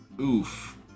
Oof